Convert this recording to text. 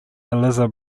eliza